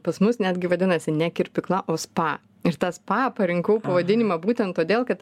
pas mus netgi vadinasi ne kirpykla o spa ir tą spa parinkau pavadinimą būtent todėl kad